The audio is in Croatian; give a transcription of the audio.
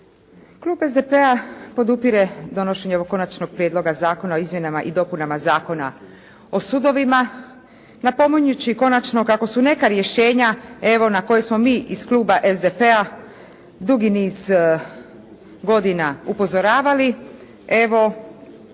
Klub SDP-a podupire donošenje ovog Konačnog prijedloga Zakona o izmjenama i dopunama Zakona o sudovima napominjući konačno kako su neka rješenja evo na koje smo mi iz kluba SDP-a dugi niz godina upozoravali, evo